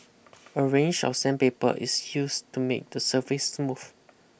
a range of sandpaper is used to make the surface smooth